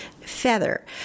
feather